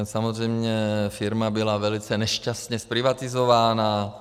Samozřejmě firma byla velice nešťastně zprivatizována.